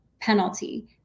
penalty